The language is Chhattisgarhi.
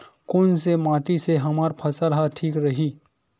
कोन से माटी से हमर फसल ह ठीक रही?